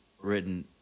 written